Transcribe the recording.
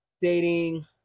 dating